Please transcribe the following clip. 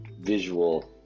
visual